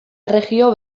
erregio